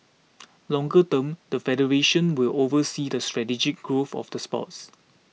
longer term the federation will oversee the strategic growth of the sports